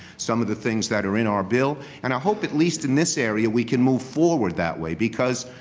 some of the things that are in our bill. and i hope, at least in this area, we can move forward that way, because,